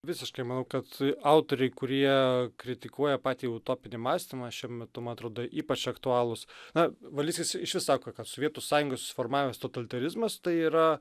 visiškai manau kad autoriai kurie kritikuoja patį utopinį mąstymą šiuo metu atrodo ypač aktualūs na valickis išvis sako kad sovietų sąjungoj susiformavęs totalitarizmas tai yra